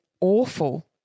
awful